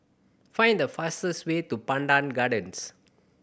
find the fastest way to Pandan Gardens